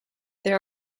there